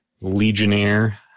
legionnaire